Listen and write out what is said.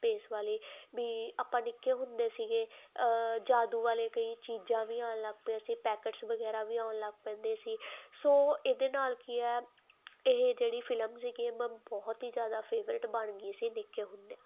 ਪੇਸ ਵਾਲੇ ਵੀ ਆਪਾਂ ਨਿੱਕੇ ਹੁੰਦੇ ਸੀਗੇ ਜਾਦੂ ਵਾਲੇ ਕਈ ਚੀਜ਼ਾਂ ਵੀ ਆਉਣ ਲੱਗ ਪਏ ਸੀ ਪੈਕਟਸ ਵਗੈਰਾ ਵੀ ਆਉਣ ਲੱਗ ਪੈਂਦੇ ਸੀ ਸੋ ਇਹਦੇ ਨਾਲ ਕੀ ਹ ਇਹ ਜਿਹੜੀ ਫਿਲਮ ਸੀਗੀ ਬਹੁਤ ਹੀ ਜਿਆਦਾ ਫੇਵਰਟ ਬਣ ਗਈ ਸੀ ਨਿਕੇ ਹੁੰਦੇ